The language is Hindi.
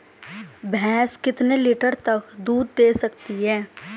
भैंस कितने लीटर तक दूध दे सकती है?